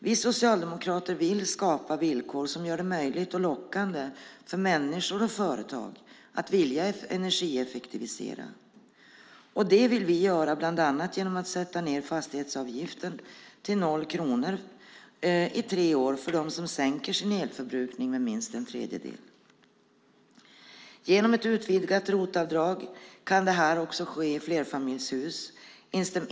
Vi socialdemokrater vill skapa villkor som gör det möjligt och lockande för människor och företag att vilja energieffektivisera. Det vill vi göra bland annat genom att sätta ned fastighetsavgiften till 0 kronor i tre år för dem som sänker sin elförbrukning med minst en tredjedel. Genom ett utvidgat ROT-avdrag kan detta ske också i flerfamiljshus.